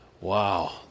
Wow